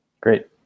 Great